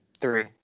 Three